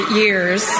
years